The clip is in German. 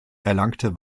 erlangte